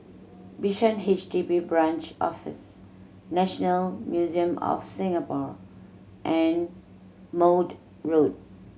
Bishan H D B Branch Office National Museum of Singapore and Maude Road